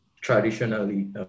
traditionally